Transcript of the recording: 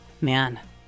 Man